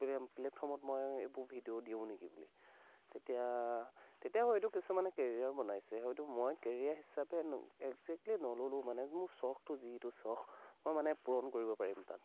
pellet প্লেটটফৰ্মত মই এইবোৰ ভিডিঅ' দিওঁ নেকি বুলি তেতিয়া তেতিয়া আকৌ এইটো কিছুমানে কেৰিয়াৰ বনাইছে হয়তো মই কেৰিয়াৰ হিচাপে একজেক্টলি নল'লোঁ মানে মোৰ চখটো যিটো চখ মই মানে পূৰণ কৰিব পাৰিম তাত